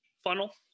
Funnel